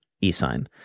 e-sign